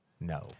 No